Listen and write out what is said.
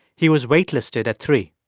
he was waitlisted at three.